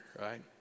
Right